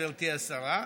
גברתי השרה,